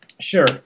Sure